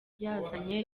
yazanye